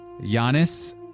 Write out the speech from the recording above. Giannis